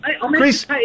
Chris